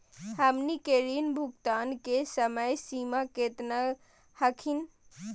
हमनी के ऋण भुगतान के समय सीमा केतना हखिन?